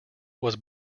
was